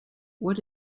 what